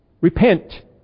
Repent